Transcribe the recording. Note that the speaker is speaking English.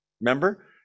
Remember